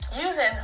using